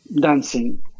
dancing